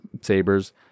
sabers